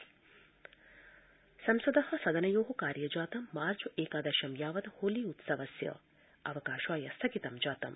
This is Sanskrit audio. संसद संसद सदनयो कार्यजातं मार्च एकादशं यावत् होली उत्सवस्य अवकाशाय स्थगितं जातम्